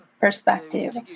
perspective